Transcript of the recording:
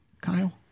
Kyle